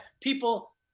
people